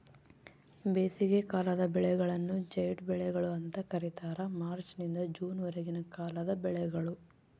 ಬೇಸಿಗೆಕಾಲದ ಬೆಳೆಗಳನ್ನು ಜೈಡ್ ಬೆಳೆಗಳು ಅಂತ ಕರೀತಾರ ಮಾರ್ಚ್ ನಿಂದ ಜೂನ್ ವರೆಗಿನ ಕಾಲದ ಬೆಳೆಗಳು